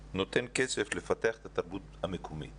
נותן כסף לפתח את התרבות המקומית,